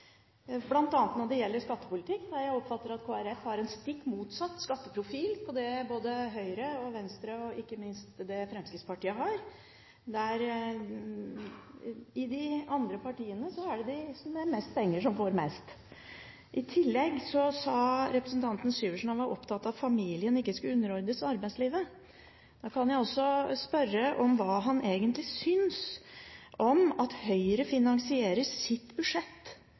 bl.a. når det gjelder skattepolitikk, for jeg oppfatter at Kristelig Folkeparti har en stikk motsatt skatteprofil enn den Høyre og Venstre og ikke minst Fremskrittspartiet har. I de andre partiene er det dem med mest penger som får mest. I tillegg sa representanten Syversen at han var opptatt av at familien ikke skulle underordnes arbeidslivet. Hva synes han da egentlig om at Høyre finansierer sitt budsjett